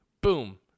Boom